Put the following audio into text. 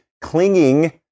clinging